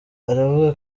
aravuga